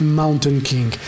mountainking